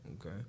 Okay